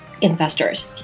investors